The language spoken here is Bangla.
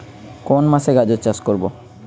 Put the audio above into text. কোন মাসে গাজর চাষ করব?